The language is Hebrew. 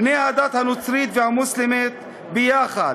בני הדת הנוצרית והמוסלמית יחד,